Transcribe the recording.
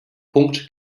punkt